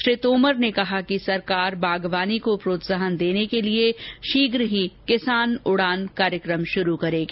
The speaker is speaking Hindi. श्री तोमर ने कहा कि सरकार बागबानी को प्रोत्साहन देने के लिए शीघ किसान उड़ान कार्यक्रम शुरू करेगी